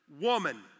woman